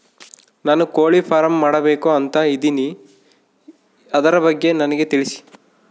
ನಾನು ಕೋಳಿ ಫಾರಂ ಮಾಡಬೇಕು ಅಂತ ಇದಿನಿ ಅದರ ಬಗ್ಗೆ ನನಗೆ ತಿಳಿಸಿ?